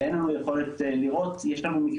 ואין לנו שום יכולת לראות.